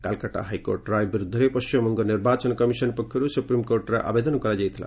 Calcutta high court ରାୟ ବିରୁଦ୍ଧରେ ପଶ୍ଚିମବଙ୍ଗ ନିର୍ବାଚନ କମିଶନ ପକ୍ଷରୁ ସୁପ୍ରିମକୋର୍ଟରେ ଆବେଦନ କରାଯାଇଥିଲା